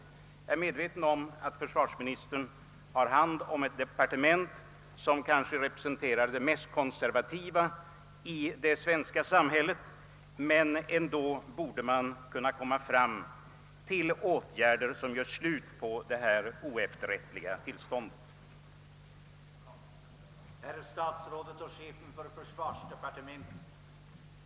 Jag är medveten om att försvarsministern har hand om ett departement, som kanske representerar det mest konservativa inslaget i det svenska samhället, men ändå borde man väl kunna göra slut på det nuvarande oefterrättliga tillståndet inom militärsjukvården.